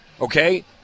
Okay